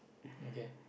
okay